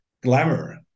glamour